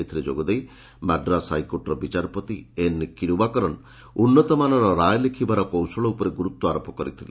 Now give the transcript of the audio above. ଏଥିରେ ଯୋଗଦେଇ ମାଡ୍ରାଇ ହାଇକୋର୍ଟର ବିଚାରପତି ଏନ୍ କିରୁବାକରନ ଉନ୍ନତମାନର ରାୟ ଲେଖ୍ବାର କୌଶଳ ଉପରେ ଗୁର୍ତ୍ୱାରୋପ କରିଥିଲେ